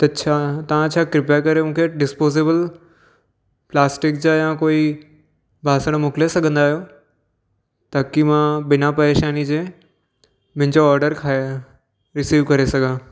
त छा तव्हां छा कृपा करे मूंखे डिस्पोसेबल प्लासटिक जा या कोई बासण मोकिले सघंदा आहियो त की मां बिना परेशानी जे मुंहिंजो ऑडर खायां रिसीव करे सघां